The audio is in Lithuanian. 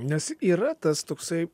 nes yra tas toksai